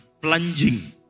plunging